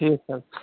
ٹھیٖک حظ